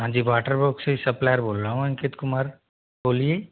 हाँ जी water box supplier बोल रहा हूँ अंकित कुमार बोलिए